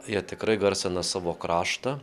jie tikrai garsina savo kraštą